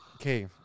Okay